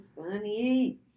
funny